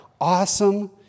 awesome